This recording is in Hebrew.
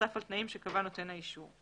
נוסף על תנאים שקבע נותן האישור".